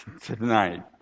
tonight